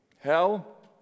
hell